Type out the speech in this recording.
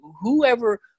whoever